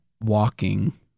walking